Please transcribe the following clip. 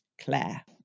Claire